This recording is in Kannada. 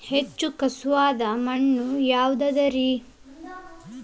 ಹೆಚ್ಚು ಖಸುವಾದ ಮಣ್ಣು ಯಾವುದು ರಿ?